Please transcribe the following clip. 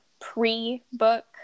Pre-book